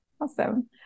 Awesome